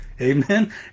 Amen